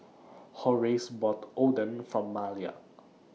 Horace bought Oden For Malia